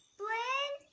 blynn?